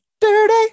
dirty